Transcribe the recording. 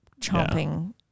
chomping